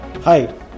Hi